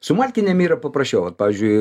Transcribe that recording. su malkinėm yra paprasčiau vat pavyžiui